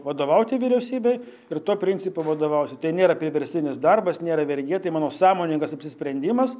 vadovauti vyriausybei ir tuo principu vadovausiu tai nėra priverstinis darbas nėra vergija tai mano sąmoningas apsisprendimas